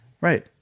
Right